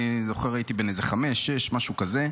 אני זוכר שהייתי בן איזה חמש, שש, משהו כזה.